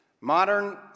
modern